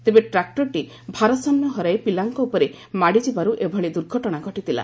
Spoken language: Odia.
ତେବେ ଟ୍ରାକୁରଟି ଭାରସାମ୍ୟ ହରାଇ ପିଲାଙ୍କ ଉପରେ ମାଡ଼ିଯିବାରୁ ଏଭଳି ଦୂର୍ଘଟଣା ଘଟିଥିଲା